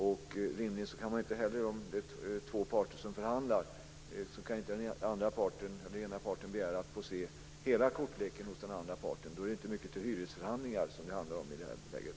Om det är två parter som förhandlar kan inte den ena parten begära att få se hela kortleken hos den andra parten. Det är inte mycket till hyresförhandlingar som det handlar om i det läget.